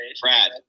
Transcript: Brad